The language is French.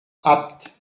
apt